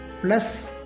plus